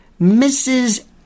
Mrs